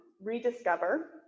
rediscover